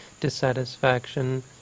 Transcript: dissatisfaction